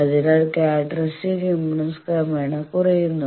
അതിനാൽ characteristic impedance ക്രമേണ കുറയുന്നു